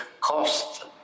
cost